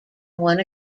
one